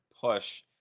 push